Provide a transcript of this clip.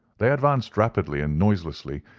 they advanced rapidly and noiselessly,